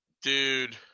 Dude